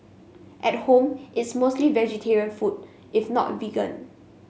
at home it's mostly vegetarian food if not a vegan